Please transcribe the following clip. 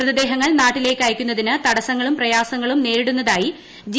മൃതദേഹങ്ങൾ നാട്ടിലേക്ക് അയക്കുന്നതിന് തടസ്സങ്ങളും പ്രയാസങ്ങളും നേരിടുന്നതായി ജി